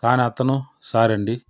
కానీ అతను సారి అండి